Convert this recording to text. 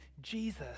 Jesus